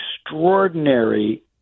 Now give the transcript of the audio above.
extraordinary